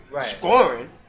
scoring